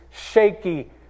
shaky